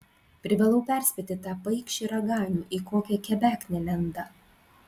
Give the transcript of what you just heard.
privalau perspėti tą paikšį raganių į kokią kebeknę lenda